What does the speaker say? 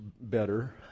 better